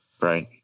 Right